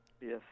Yes